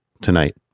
tonight